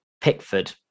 Pickford